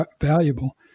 valuable